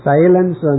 Silence